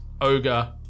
Ogre